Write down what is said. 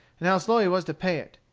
and how slow he was to pay it.